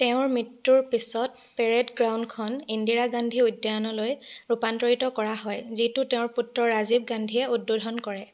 তেওঁৰ মৃত্যুৰ পিছত পেৰেড গ্ৰাউণ্ডখন ইন্দিৰা গান্ধী উদ্যানলৈ ৰূপান্তৰিত কৰা হয় যিটো তেওঁৰ পুত্ৰ ৰাজীৱ গান্ধীয়ে উদ্বোধন কৰে